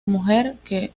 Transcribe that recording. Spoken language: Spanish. mujer